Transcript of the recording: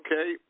Okay